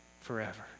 forever